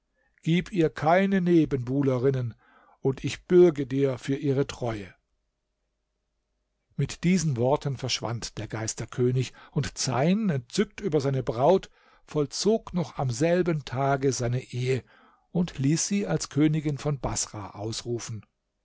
gib ihr keine nebenbuhlerinnen und ich bürge dir für ihre treue mit diesen worten verschwand der geisterkönig und zeyn entzückt über seine braut vollzog noch am selben tage seine ehe und ließ sie als königin von baßrah ausrufen